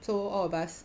so all of us